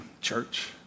church